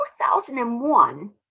2001